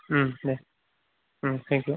ओम दे ओम thank U